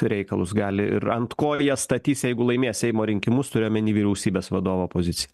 reikalus gali ir ant ko jas statys jeigu laimės seimo rinkimus turiu omeny vyriausybės vadovo poziciją